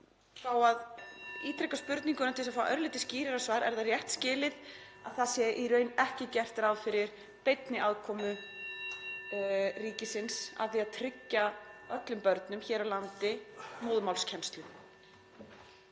fá að ítreka spurninguna til að fá örlítið skýrara svar. Er það rétt skilið að það sé í raun ekki gert ráð fyrir beinni aðkomu ríkisins að því að tryggja öllum börnum hér á landi móðurmálskennslu?